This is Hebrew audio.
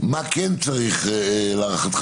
מה צריך להערכתך?